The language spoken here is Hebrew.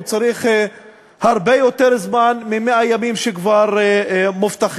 הוא צריך הרבה יותר זמן מ-100 הימים שכבר מובטחים.